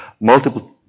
multiple